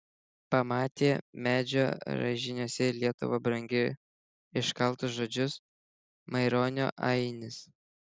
pamatė medžio raižiniuose lietuva brangi iškaltus žodžius maironio ainis